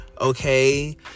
Okay